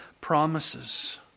promises